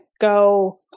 go